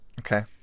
okay